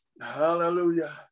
hallelujah